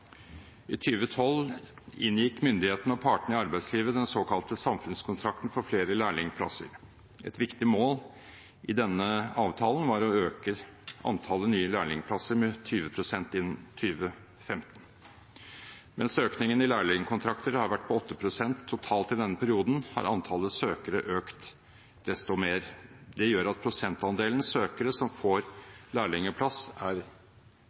I 2012 inngikk myndighetene og partene i arbeidslivet den såkalte samfunnskontrakten for flere læreplasser. Et viktig mål i denne avtalen var å øke antallet nye lærlingplasser med 20 pst. innen 2015. Mens økningen i lærlingkontrakter har vært på 8 pst. totalt i denne perioden, har antallet søkere økt desto mer. Det gjør at prosentandelen søkere som får lærlingplass, er